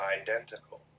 identical